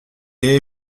est